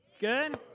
Good